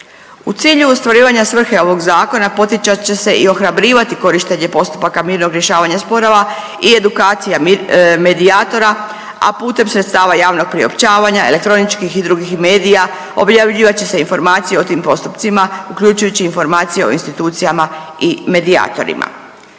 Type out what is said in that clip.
U cilju ostvarivanja svrhe ovog Zakona poticat će se i ohrabrivati korištenje postupaka mirnog rješavanja sporova i edukacija medijatora, a putem sredstava javnog priopćavanja, elektroničkih i drugih medija, objavljivat će se informacije o tim postupcima, uključujući informacije o institucijama i medijatorima.